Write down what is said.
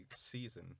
season